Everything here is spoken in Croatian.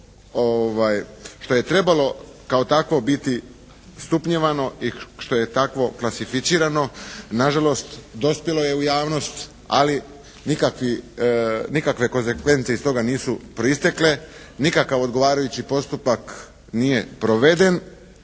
što je trebalo kao takvo trebalo biti stupnjevano i što je takvo klasificirano. Na žalost dospjelo je u javnost ali nikakve konzekvence iz toga nisu proistekle, nikakav odgovarajući postupak nije proveden